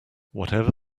whatever